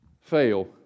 fail